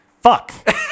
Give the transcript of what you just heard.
Fuck